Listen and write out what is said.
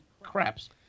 craps